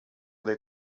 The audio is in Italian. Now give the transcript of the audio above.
dei